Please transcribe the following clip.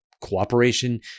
cooperation